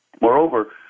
Moreover